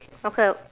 okay